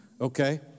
okay